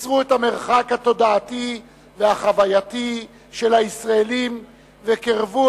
קיצרו את המרחק התודעתי והחווייתי של הישראלים וקירבו